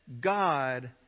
God